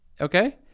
Okay